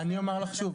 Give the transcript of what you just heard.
אני אומר לך שוב,